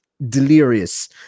Delirious